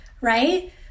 right